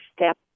step